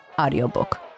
audiobook